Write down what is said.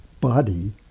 body